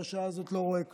בשעה הזאת אני לא רואה כלום.